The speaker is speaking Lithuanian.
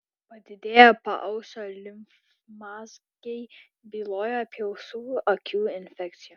padidėję paausio limfmazgiai byloja apie ausų akių infekciją